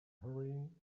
hurrying